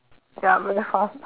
carry on